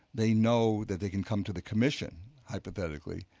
they know that they can come to the commission hypothetically,